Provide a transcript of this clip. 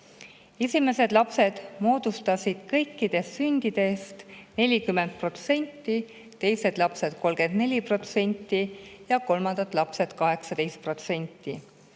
Esimesed lapsed moodustasid kõikidest sündidest 40%, teised lapsed 34% ja kolmandad lapsed 18%.